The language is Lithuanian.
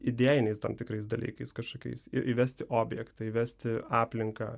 idėjiniais tam tikrais dalykais kažkokiais ir įvesti objektą įvesti aplinką